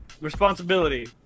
Responsibility